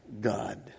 God